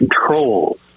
controls